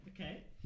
okay